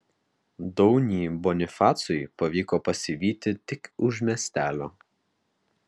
daunį bonifacui pavyko pasivyti tik už miestelio